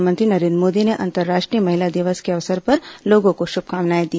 प्रधानमंत्री नरेन्द्र मोदी ने अंतर्राष्ट्रीय महिला दिवस के अवसर पर लोगों को शुभकामनाएं दी हैं